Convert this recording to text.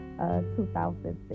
2006